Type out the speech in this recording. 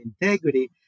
integrity